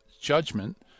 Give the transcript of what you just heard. judgment